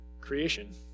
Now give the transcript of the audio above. Creation